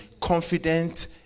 confident